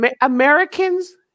Americans